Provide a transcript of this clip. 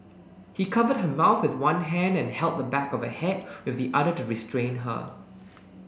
he covered her mouth with one hand and held the back of her head with the other to restrain her